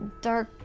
dark